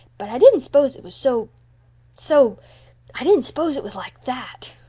but i didn't s'pose it was so so i didn't s'pose it was like that.